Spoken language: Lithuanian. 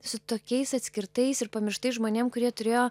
su tokiais atskirtais ir pamirštais žmonėm kurie turėjo